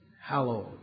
hallowed